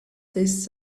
this